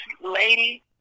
lady